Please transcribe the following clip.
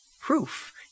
proof